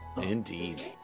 Indeed